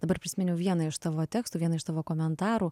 dabar prisiminiau vieną iš savo tekstų vieną iš tavo komentarų